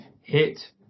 hit